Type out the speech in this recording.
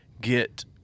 get